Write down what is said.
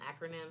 acronym